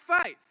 faith